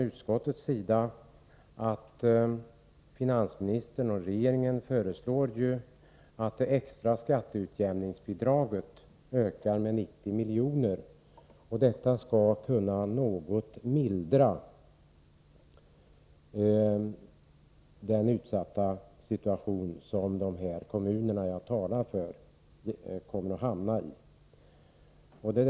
Utskottet säger att finansministern och regeringen föreslår att det extra skatteutjämningsbidraget ökar med 90 milj.kr. Detta skall kunna något mildra den utsatta situation som de kommuner jag här talar för kommer att hamna i.